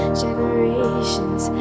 generations